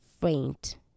faint